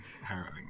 harrowing